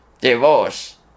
divorce